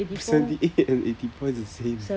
but seventy eight and eighty four is the same